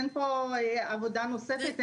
אין פה עבודה נוספת,